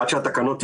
עד שהתקנות הגיעו.